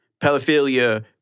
pedophilia